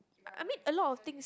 I mean a lot of things